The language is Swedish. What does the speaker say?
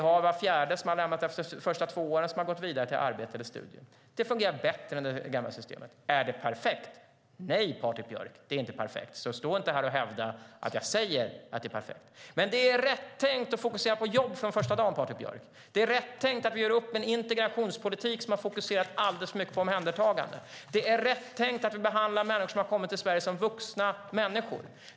Var fjärde som har lämnat efter de första två åren har gått vidare till arbete eller studier. Det fungerar bättre än det gamla systemet. Är det perfekt? Nej, Patrik Björck, det är inte perfekt, så stå inte här och hävda att jag säger att det är perfekt. Men det är rätt tänkt att fokusera på jobb från första dagen, Patrik Björck. Det är rätt tänkt att vi gör upp med en integrationspolitik som har fokuserat alldeles för mycket på omhändertagande. Det är rätt tänkt att vi behandlar människor som har kommit till Sverige som vuxna människor.